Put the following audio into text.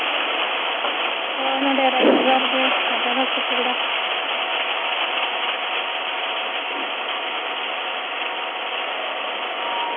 ᱦᱳᱭ ᱱᱚᱰᱮ ᱨᱟᱡᱽᱱᱚᱜᱚᱨ ᱜᱮ ᱦᱚᱥᱯᱤᱴᱟᱞ ᱨᱮ